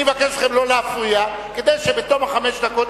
אני מבקש מכם לא להפריע כדי שבתום החמש דקות,